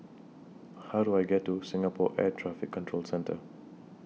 How Do I get to Singapore Air Traffic Control Centre